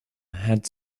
had